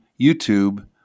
YouTube